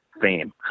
fame